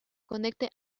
conecte